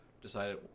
decided